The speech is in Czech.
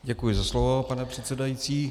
Děkuji za slovo, pane předsedající.